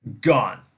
gone